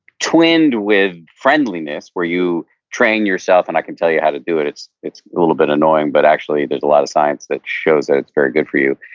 twined with friendliness where you train yourself and i can tell you how to do it, it's a little bit annoying, but actually there's a lot of science that shows ah its very good for you,